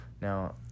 Now